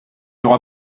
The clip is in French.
aura